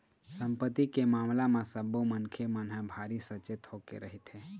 संपत्ति के मामला म सब्बो मनखे मन ह भारी सचेत होके रहिथे